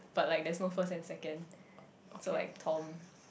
okay